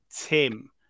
Tim